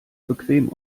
bequem